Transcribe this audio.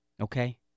okay